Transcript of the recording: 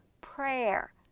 prayer